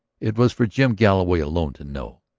it was for jim galloway alone to know.